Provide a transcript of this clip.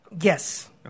Yes